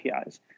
APIs